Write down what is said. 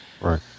Right